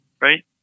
Right